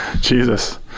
Jesus